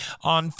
on